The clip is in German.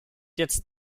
jetzt